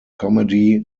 comedy